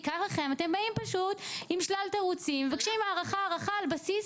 אני פשוט, אני מוכרח לומר שעד השלב הזה התאפקתי.